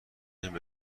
بین